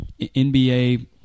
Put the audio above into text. NBA